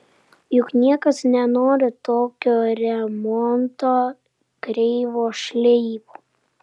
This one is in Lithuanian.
juk niekas nenori tokio remonto kreivo šleivo